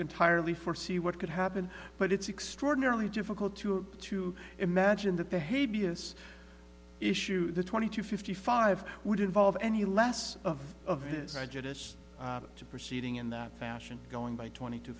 entirely foresee what could happen but it's extraordinarily difficult to to imagine that the hideous issue the twenty to fifty five would involve any less of this to proceeding in that fashion going by twenty t